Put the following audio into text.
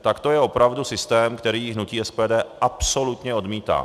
Tak to je opravdu systém, který hnutí SPD absolutně odmítá.